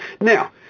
Now